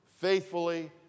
Faithfully